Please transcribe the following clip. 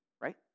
right